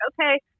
okay